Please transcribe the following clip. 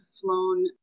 flown